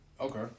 Okay